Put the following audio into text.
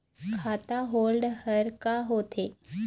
खाता holder का होथे?